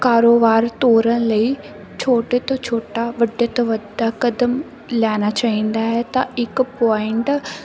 ਕਾਰੋਬਾਰ ਤੋਰਨ ਲਈ ਛੋਟੇ ਤੋਂ ਛੋਟਾ ਵੱਡੇ ਤੋਂ ਵੱਡਾ ਕਦਮ ਲੈਣਾ ਚਾਹੀਦਾ ਹੈ ਤਾਂ ਇੱਕ ਪੁਆਇੰਟ